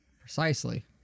Precisely